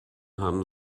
haben